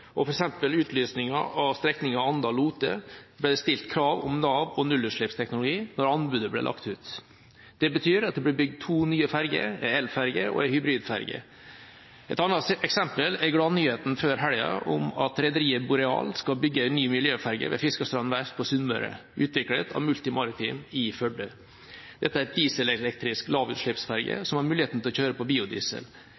f.eks. ved utlysningen av strekningen Anda–Lote ble det stilt krav om lav- og nullutslippsteknologi da anbudet ble lagt ut. Det betyr at det vil bli bygget to nye ferger, en elferge og en hybridferge. Et annet eksempel er gladnyheten før helgen om at rederiet Boreal skal bygge en ny miljøferge ved Fiskerstrand Verft AS på Sunnmøre, utviklet av Multi Maritime i Førde. Dette er en dieselelektrisk lavutslippsferge